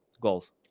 goals